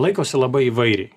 laikosi labai įvairiai